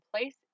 place